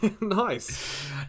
Nice